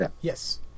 yes